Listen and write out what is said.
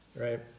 right